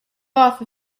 off